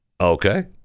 okay